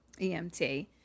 EMT